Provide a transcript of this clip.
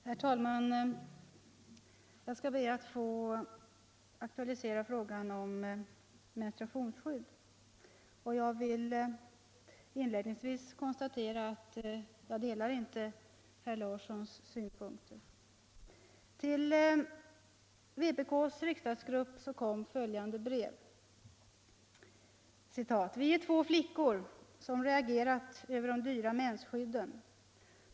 Herr talman! Jag skall be att få aktualisera frågan om mestruationsskydd, och jag vill inledningsvis konstatera att jag inte delar herr Larssons i Vänersborg synpunkter. Till vpk:s riksdagsgrupp kom följande brev: ”Vi är två flickor som reagerat över de dyra mensskydden.